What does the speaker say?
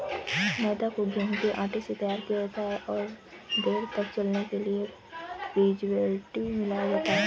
मैदा को गेंहूँ के आटे से तैयार किया जाता है और देर तक चलने के लिए प्रीजर्वेटिव मिलाया जाता है